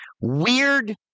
Weird